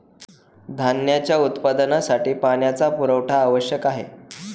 धान्याच्या उत्पादनासाठी पाण्याचा पुरवठा आवश्यक आहे